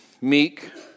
Meek